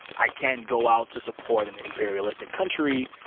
i can't go out to support an imperialistic country.